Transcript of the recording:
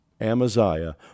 Amaziah